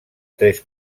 tres